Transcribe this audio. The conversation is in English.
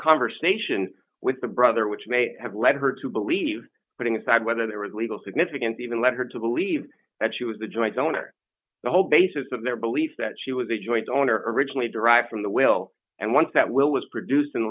conversation with the brother which may have led her to believe putting aside whether there was legal significance even led her to believe that she was the joint owner the whole basis of their belief that she was a joint owner originally derived from the will and once that will was produc